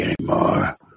anymore